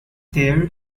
there